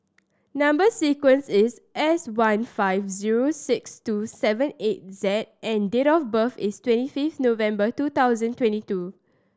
number sequence is S one five zero six two seven eight Z and date of birth is twenty fifth November two thousand twenty two